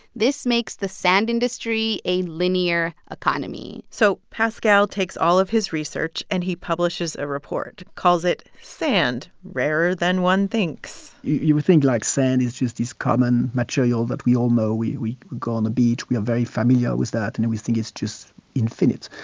this makes the sand industry a linear economy so pascal takes all of his research, and he publishes a report calls it sand, rarer than one thinks. you would think, like, sand is just this common material that we all know. we we go on the beach. we are very familiar with that, and we think it's just infinite.